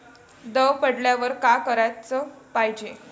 दव पडल्यावर का कराच पायजे?